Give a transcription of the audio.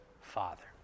Father